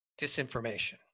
disinformation